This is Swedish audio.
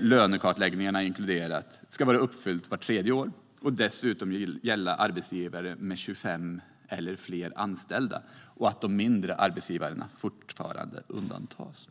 lönekartläggningar inkluderat, ska vara uppfyllt vart tredje år och dessutom endast gälla arbetsgivare med 25 eller fler anställda. Mindre arbetsgivare ska fortfarande undantas.